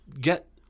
get